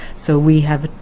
so we have